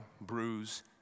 bruise